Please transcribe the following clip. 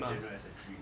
in general as a dream